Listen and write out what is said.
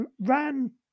Ran